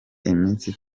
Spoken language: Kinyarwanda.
iminsi